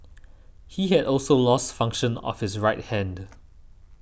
he had also lost function of his right hand